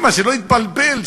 שלא יתבלבל,